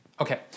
Okay